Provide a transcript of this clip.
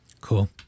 Cool